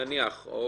או